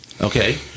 Okay